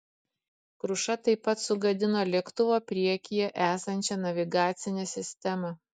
kruša taip pat sugadino lėktuvo priekyje esančią navigacinę sistemą